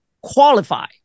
qualify